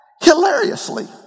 hilariously